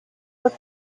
what